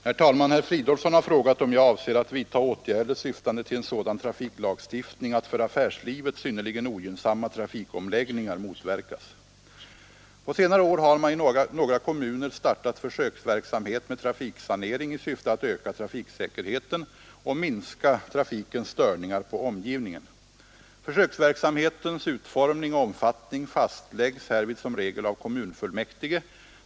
Herr talman! Herr Fridolfsson i Stockholm har frågat om jag avser att vidtaga åtgärder syftande till en sådan trafiklagstiftning att för affärslivet synnerligen ogynnsamma trafikomläggningar motverkas. På senare år har man i några kommuner startat försöksverksamhet med trafiksanering i syfte att öka trafiksäkerheten och minska trafikens störningar på omgivningen. Försöksverksamhetens utformning och omfattning fastläggs härvid som regel av kommunfullmäktige.